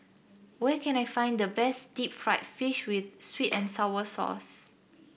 where can I find the best Deep Fried Fish with sweet and sour sauce